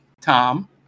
Tom